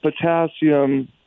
potassium